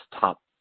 top